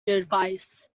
advice